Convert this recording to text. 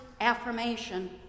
affirmation